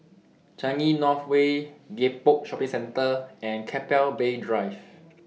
Changi North Way Gek Poh Shopping Centre and Keppel Bay Drive